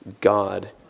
God